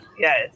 yes